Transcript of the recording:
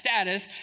status